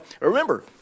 remember